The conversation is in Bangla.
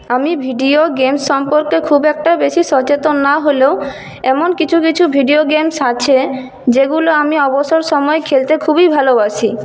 আমি ভিডিও গেম সম্পর্কে খুব একটা বেশি সচেতন না হলেও এমন কিছু কিছু ভিডিও গেমস আছে যেগুলো আমি অবসর সময়ে খেলতে খুবই ভালোবাসি